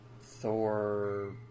Thor